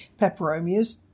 peperomias